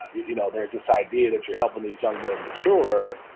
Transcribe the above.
you know, there's this idea that you're helping these young men mature.